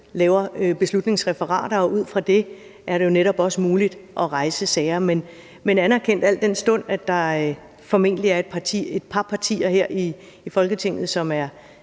laver beslutningsreferater, og ud fra dem er det jo netop også muligt at rejse sager. Men jeg anerkender, at al den stund der formentlig er et par partier her i Folketinget, som er